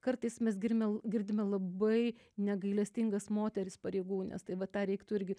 kartais mes girdime girdime labai negailestingas moteris pareigūnes tai vat tą reiktų irgi